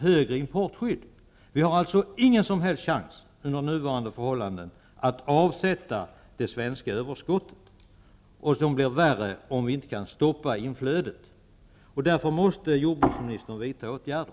högre importskydd. Vi har alltså under nuvarande förhållanden ingen som helst chans att avsätta det svenska överskottet, vilket blir värre om vi inte kan stoppa inflödet. Därför måste jordbruksministern vidta åtgärder.